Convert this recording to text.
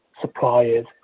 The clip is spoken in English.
suppliers